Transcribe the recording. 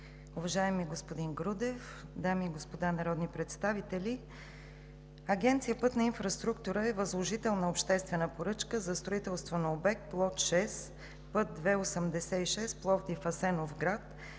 Уважаеми господин Грудев, дами и господа народни представители! Агенция „Пътна инфраструктура“ е възложител на обществена поръчка за строителство на обект лот 6, път II-86 Пловдив – Асеновград,